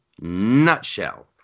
nutshell